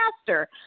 faster